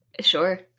sure